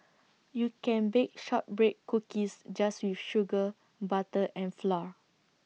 you can bake Shortbread Cookies just with sugar butter and flour